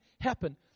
happen